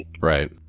Right